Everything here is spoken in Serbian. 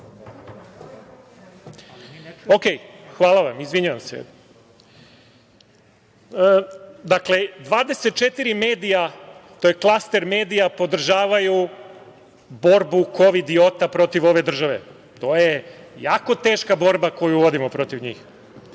Hvala vam. Izvinjavam se. Dakle, 24 medija, to je klaster medija, podržavaju borbu kovidiota protiv ove države, to je jako teška borba koju vodimo protiv njih. Dakle